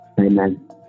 Amen